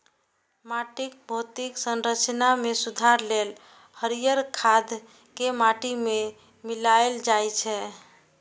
माटिक भौतिक संरचना मे सुधार लेल हरियर खाद कें माटि मे मिलाएल जाइ छै